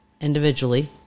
individually